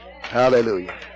Hallelujah